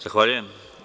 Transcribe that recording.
Zahvaljujem.